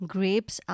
Grapes